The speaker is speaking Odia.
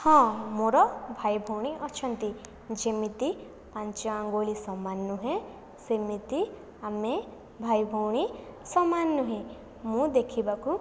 ହଁ ମୋର ଭାଇଭଉଣୀ ଅଛନ୍ତି ଯେମିତି ପାଞ୍ଚ ଆଙ୍ଗୁଳି ସମାନ ନୁହେଁ ସେମିତି ଆମେ ଭାଇଭଉଣୀ ସମାନ ନୁହେଁ ମୁଁ ଦେଖିବାକୁ